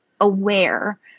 aware